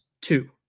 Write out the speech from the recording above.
two